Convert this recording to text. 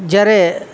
જ્યારે